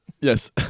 Yes